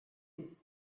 his